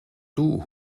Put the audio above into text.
toe